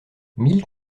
mille